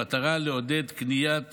במטרה לעודד קניית